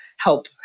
Help